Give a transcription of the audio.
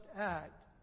act